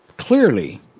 Clearly